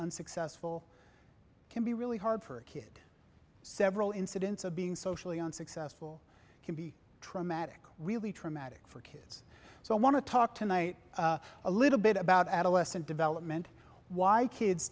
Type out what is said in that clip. unsuccessful can be really hard for a kid several incidents of being socially unsuccessful can be traumatic really traumatic for kids so i want to talk tonight a little bit about adolescent development why i kids